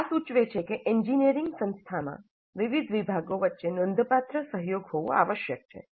આ સૂચવે છે કે એન્જિનિયરિંગ સંસ્થામાં વિવિધ વિભાગો વચ્ચે નોંધપાત્ર સહયોગ હોવો આવશ્યક છે